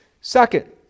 Second